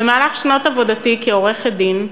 במהלך שנות עבודתי כעורכת-דין,